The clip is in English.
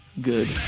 good